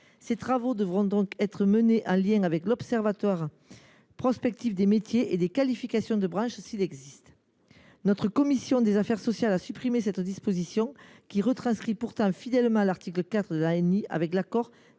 Ces travaux devront donc être menés en lien avec l’observatoire prospectif des métiers et des qualifications de branche, s’il existe. La commission des affaires sociales a supprimé cette disposition, qui retranscrit pourtant fidèlement l’article 4 de l’ANI, lequel